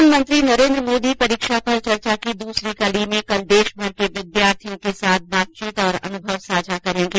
प्रधानमंत्री नरेन्द्र मोदी परीक्षा पर चर्चा की दूसरी कड़ी में कल देश भर के विद्यार्थियों के साथ बातचीत और अनुभव साझा करेंगे